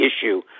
issue